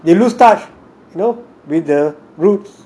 they lose touch know with the roots